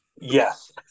Yes